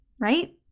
right